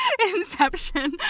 Inception